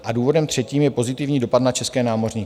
A důvodem třetím je pozitivní dopad na české námořníky.